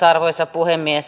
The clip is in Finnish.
arvoisa puhemies